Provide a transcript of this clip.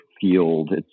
field